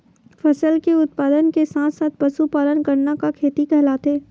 फसल के उत्पादन के साथ साथ पशुपालन करना का खेती कहलाथे?